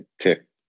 tip